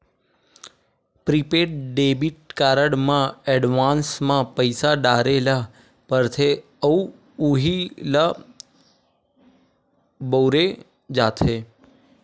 prepaid debit card म advance म पइसा डारे ल परथे अउ उहीं ल बउरे जाथे